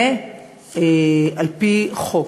ועל-פי חוק.